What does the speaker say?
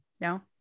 no